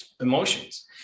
emotions